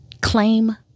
Claim